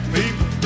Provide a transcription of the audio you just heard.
people